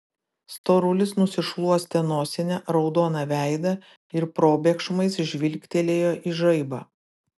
storulis nusišluostė nosine raudoną veidą ir probėgšmais žvilgtelėjo į žaibą